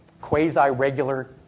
quasi-regular